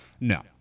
No